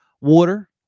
Water